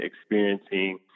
experiencing